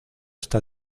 está